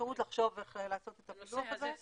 אפשרות לחשוב איך לעשות את הפילוח הזה.